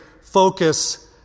focus